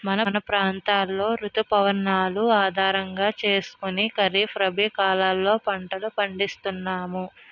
మా ప్రాంతంలో రుతు పవనాలను ఆధారం చేసుకుని ఖరీఫ్, రబీ కాలాల్లో పంటలు పండిస్తున్నాము